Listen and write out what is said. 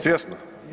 Svjesno?